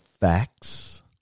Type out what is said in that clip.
facts